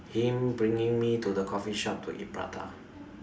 him bringing me to the coffee shop to eat prata